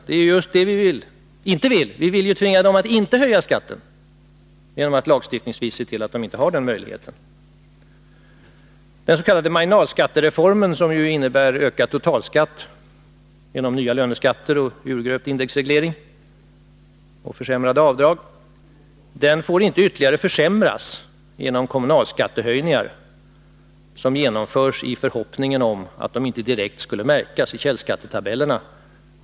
Det är ju just det vi inte vill. Vi vill ju tvinga dem att inte höja skatten genom att lagstiftningsvägen se till att de inte har den möjligheten. marginalskattereformen — som ju innebär ökad totalskatt genom nya löneskatter, urgröpt indexreglering och försämrade avdrag — får inte ytterligare försämras genom kommunalskattehöjningar som genomförs i förhoppningen att de inte direkt skall märkas i källskattetabellerna.